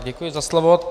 Děkuji za slovo.